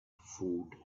food